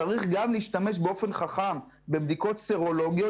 צריך גם להשתמש באופן חכם בבדיקות סרולוגיות